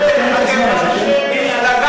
אתם מפלגה כזאת,